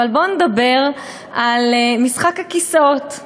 אבל בואו נדבר על משחק הכיסאות,